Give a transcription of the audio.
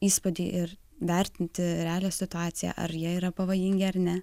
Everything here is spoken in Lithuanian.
įspūdį ir vertinti realią situaciją ar jie yra pavojingi ar ne